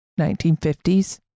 1950s